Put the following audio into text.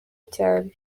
cyane